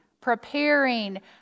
preparing